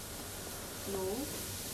I don't remember